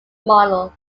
model